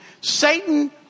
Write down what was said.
Satan